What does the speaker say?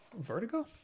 vertigo